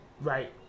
right